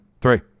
three